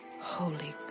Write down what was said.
Holy